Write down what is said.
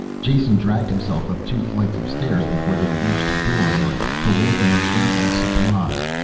jason dragged himself up two flights of stairs before they reached a door marked co-ordination and supply.